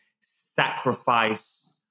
sacrifice